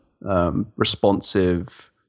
responsive